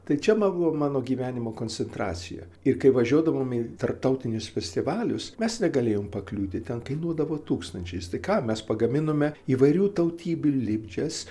tai čia man buvo mano gyvenimo koncentracija ir kai važiuodavom į tarptautinius festivalius mes negalėjom pakliūti ten kainuodavo tūkstančiais tai ką mes pagaminome įvairių tautybių lipčias